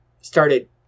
started